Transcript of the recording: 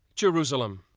jerusalem.